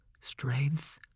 Strength